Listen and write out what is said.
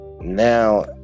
Now